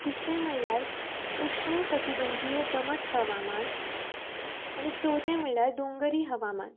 तिसरें म्हळ्यार उश्ण कठिबंधी दमट हवामान आनी चवथें म्हळ्यार दोंगरी हवामान